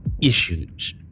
issues